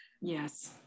yes